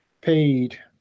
paid